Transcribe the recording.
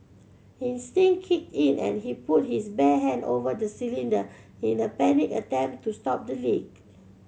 instinct kicked in and he put his bare hand over the cylinder in a panicked attempt to stop the leak